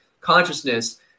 consciousness